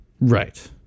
Right